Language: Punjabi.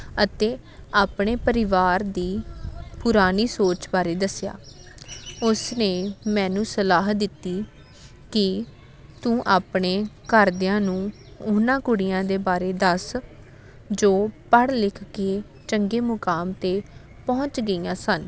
ਅਤੇ ਆਪਣੇ ਪਰਿਵਾਰ ਦੀ ਪੁਰਾਣੀ ਸੋਚ ਬਾਰੇ ਦੱਸਿਆ ਉਸ ਨੇ ਮੈਨੂੰ ਸਲਾਹ ਦਿੱਤੀ ਕਿ ਤੂੰ ਆਪਣੇ ਘਰਦਿਆਂ ਨੂੰ ਉਹਨਾਂ ਕੁੜੀਆਂ ਦੇ ਬਾਰੇ ਦੱਸ ਜੋ ਪੜ੍ਹ ਲਿਖ ਕੇ ਚੰਗੇ ਮੁਕਾਮ 'ਤੇ ਪਹੁੰਚ ਗਈਆਂ ਸਨ